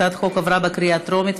הצעת החוק עברה בקריאה טרומית.